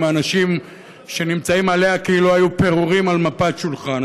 אנשים שנמצאים עליה כאילו היו פירורים על מפת שולחן.